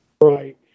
right